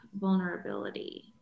vulnerability